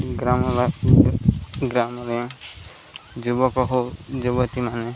ଗ୍ରାମ ଗ୍ରାମରେ ଯୁବକ ଯୁବତୀମାନେେ